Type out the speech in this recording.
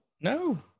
No